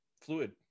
Fluid